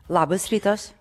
labas rytas